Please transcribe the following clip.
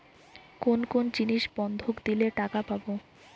কোন কোন জিনিস বন্ধক দিলে টাকা পাব?